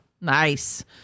nice